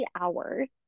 hours